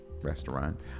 restaurant